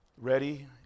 Ready